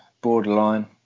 borderline